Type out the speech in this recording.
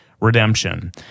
redemption